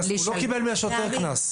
הוא לא קיבל מהשוטר קנס.